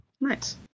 Nice